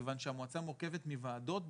כיוון שהמועצה מורכבת מוועדות,